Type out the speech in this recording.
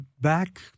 back